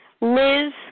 Liz